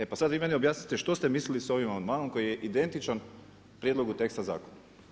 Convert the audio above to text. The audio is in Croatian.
E pa sad vi meni objasnite što ste mislili sa ovim amandmanom koji je identičan prijedlogu teksta zakona?